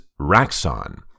Raxon